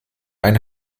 ein